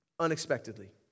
unexpectedly